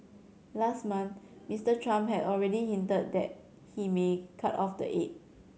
last month Mister Trump had already hinted that he may cut off the aid